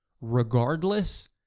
regardless